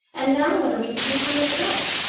and now what are we to do here in the dark?